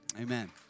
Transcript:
Amen